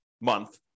month